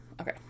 Okay